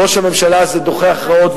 ראש הממשלה הזה דוחה הכרעות,